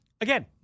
again